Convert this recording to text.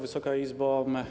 Wysoka Izbo!